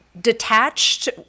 detached